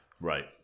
Right